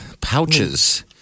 pouches